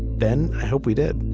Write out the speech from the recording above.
ben i hope we did.